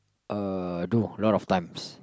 uh I do lot of times